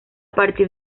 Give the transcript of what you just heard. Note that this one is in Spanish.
partir